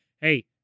Hey